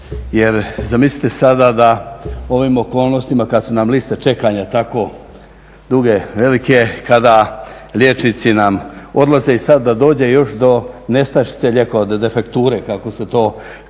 jer zamislite sada da u ovim okolnostima kada su nam liste čekanja tako duge, velike, kada liječnici nam odlaze i sada da dođe još do nestašice lijekova, do defekture kako se to kaže i